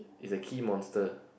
is a key monster